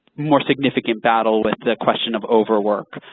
more significant battle with the question of overwork.